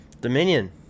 Dominion